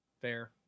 Fair